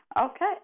Okay